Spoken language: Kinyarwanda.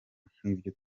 nk’ibyo